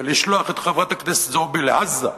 ולשלוח את חברת הכנסת זועבי לעזה.